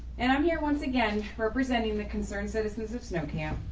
and i'm here once again representing the concerned citizens of snow camp,